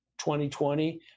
2020